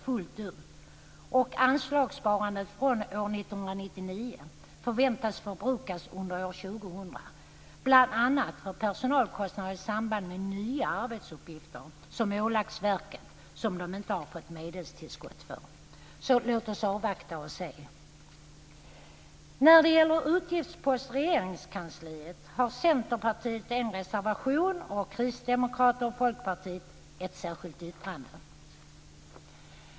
När det gäller anslagssparandet från år 1999 väntas de pengarna förbrukas under år 2000, bl.a. för personalkostnader i samband med nya arbetsuppgifter som ålagts verket och som man inte fått medelstillskott för. Låt oss därför avvakta och se! När det gäller utgiftsposten Regeringskansliet m.m. har Centerpartiet en reservation och Kristdemokraterna och Folkpartiet ett särskilt yttrande.